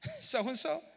so-and-so